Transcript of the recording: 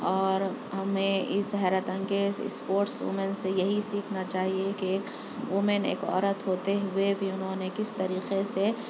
اور ہمیں اس حیرت انگیز اسپورٹس وومین سے یہی سیکھنا چاہیے کہ وومین ایک عورت ہوتے ہوئے بھی انہوں نے کس طریقے سے